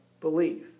belief